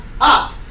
up